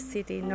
City